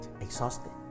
exhausted